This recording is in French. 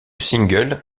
single